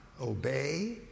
obey